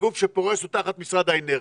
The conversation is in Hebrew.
והגוף שפורס הוא תחת משרד האנרגיה,